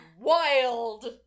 wild